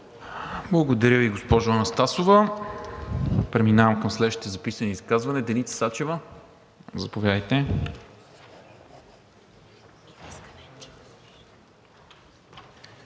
Благодаря Ви, госпожо Анастасова. Преминавам към следващите записани за изказване. Деница Сачева. Заповядайте.